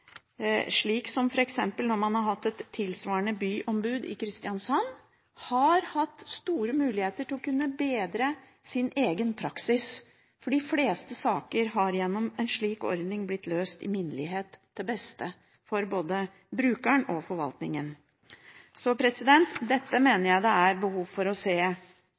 slik som f.eks. med et tilsvarende byombud i Kristiansand, hadde hatt store muligheter til å kunne bedre sin egen praksis. For de fleste saker har gjennom en slik ordning blitt løst i minnelighet, til beste for både brukeren og forvaltningen. Så dette mener jeg det absolutt er behov for å se